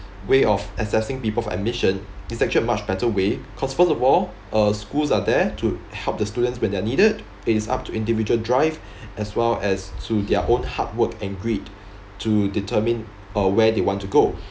way of assessing people for admission is actually a much better way cause furthermore uh schools are there to help the students when they're needed it is up to individual drive as well as to their own hard work and greed to determine uh where they want to go